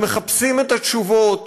ומחפשים את התשובות,